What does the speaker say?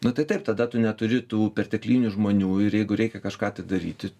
nu tai taip tada tu neturi tų perteklinių žmonių ir jeigu reikia kažką tai daryti